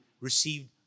received